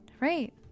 right